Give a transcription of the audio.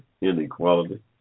inequality